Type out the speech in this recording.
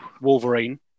Wolverine